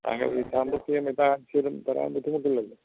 താങ്കളുടെ സാമ്പത്തികം വെച്ചെല്ലാഴ്ച്ചയിലും തരാൻ പറ്റുന്നുണ്ടല്ലോ